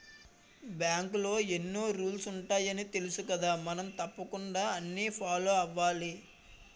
బాంకులో ఎన్నో రూల్సు ఉంటాయని తెలుసుకదా మనం తప్పకుండా అన్నీ ఫాలో అవ్వాలి